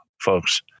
folks